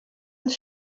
als